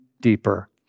deeper